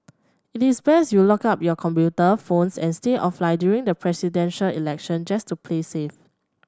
it is best you locked up your computer phones and stay offline during the Presidential Election just to play safe